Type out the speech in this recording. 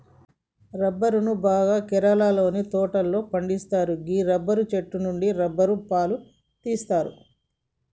రబ్బరును బాగా కేరళలోని తోటలలో పండిత్తరు గీ రబ్బరు చెట్టు నుండి రబ్బరు పాలు తీస్తరు